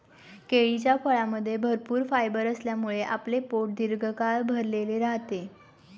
केळीच्या फळामध्ये भरपूर फायबर असल्यामुळे आपले पोट दीर्घकाळ भरलेले राहते